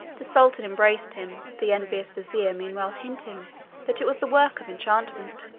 the sultan embraced him, the envious vizier meanwhile hinting that it was the work of enchantment.